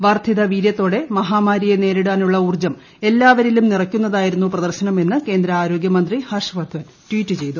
വർദ്ധിതവീരൃത്തോടെ മഹാമാരിയെ നേരിടാനുള്ള ഊർജം എല്ലാവരി ലും നിറയ്ക്കുന്നതായിരുന്നു പ്രദർശനമെന്ന് കേന്ദ്ര ആരോഗൃമന്ത്രി ഹർഷവർധൻ ട്വീറ്റ് ചെയ്തു